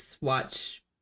watch